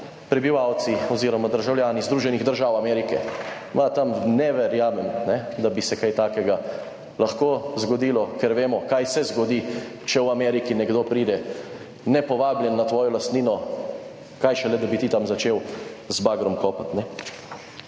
prebivalci oziroma državljani Združenih držav Amerike. Tam ne verjamem, ne, da bi se kaj takega lahko zgodilo, ker vemo, kaj se zgodi, če v Ameriki nekdo pride nepovabljen na tvojo lastnino, kaj šele, da bi ti tam začel z bagrom kopati,